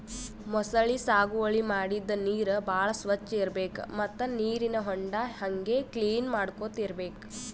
ಮೊಸಳಿ ಸಾಗುವಳಿ ಮಾಡದ್ದ್ ನೀರ್ ಭಾಳ್ ಸ್ವಚ್ಚ್ ಇರ್ಬೆಕ್ ಮತ್ತ್ ನೀರಿನ್ ಹೊಂಡಾ ಹಂಗೆ ಕ್ಲೀನ್ ಮಾಡ್ಕೊತ್ ಇರ್ಬೆಕ್